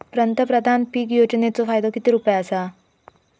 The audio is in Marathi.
पंतप्रधान पीक योजनेचो फायदो किती रुपये आसा?